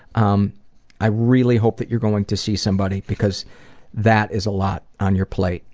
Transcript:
um i really hope that you're going to see somebody, because that is a lot on your plate.